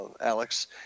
Alex